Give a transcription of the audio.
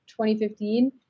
2015